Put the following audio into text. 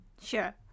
Sure